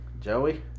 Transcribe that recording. Joey